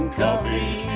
coffee